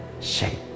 shape